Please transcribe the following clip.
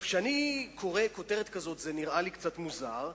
כשאני קורא כותרת כזאת, זה נראה לי קצת מוזר,